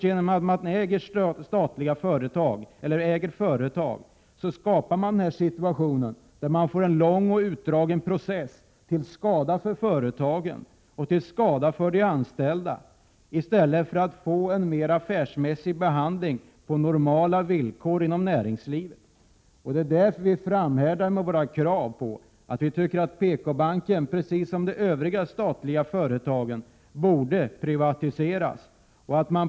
Genom att staten äger företag skapas denna situation med en lång och utdragen process som är till skada för företagen och de anställda, i stället för att en mer affärsmässig behandling på normala villkor som gäller inom näringslivet kommer till stånd. Därför framhärdar vi i våra krav på att PKbanken liksom övriga statliga företag skall privatiseras.